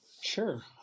Sure